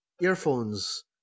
earphones